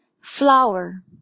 flower